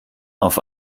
auf